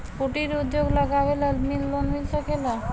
कुटिर उद्योग लगवेला लोन मिल सकेला?